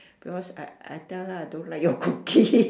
because I I tell her I don't like your cooking